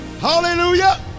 Hallelujah